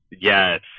Yes